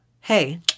Hey